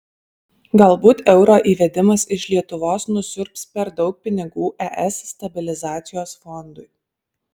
galbūt euro įvedimas iš lietuvos nusiurbs per daug pinigų es stabilizacijos fondui